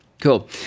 Cool